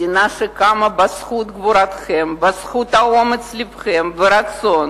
מדינה שקמה בזכות גבורתכם, בזכות אומץ לבכם והרצון